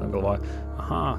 galvoji aha